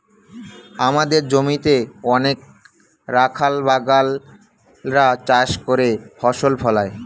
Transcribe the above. আমাদের জমিতে অনেক রাখাল বাগাল রা চাষ করে ফসল ফলায়